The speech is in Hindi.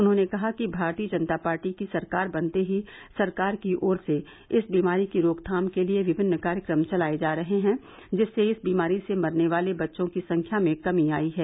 उन्होंने कहा कि भारतीय जनता पार्टी की सरकार बनते ही सरकार की ओर से इस बीमारी की रोकथाम के लिए विभिन्न कार्यक्रम चलाए जा रहे हैं जिससे इस बीमारी से मरने वाले बच्चों की संख्या में कमी आयी है